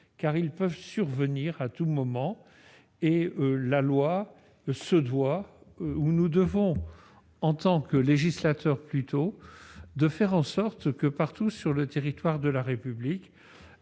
qui peuvent survenir à tout moment. Nous nous devons, en tant que législateurs, de faire en sorte que, partout sur le territoire de la République,